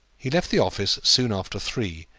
he left the office soon after three,